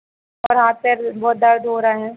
और हाथ पैर बहुत दर्द हो रहे हैं